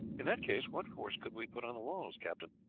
in that case what force could we put on the walls, captain?